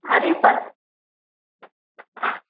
अरे पत